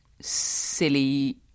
silly